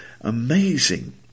amazing